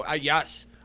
Yes